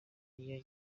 iyo